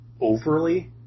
overly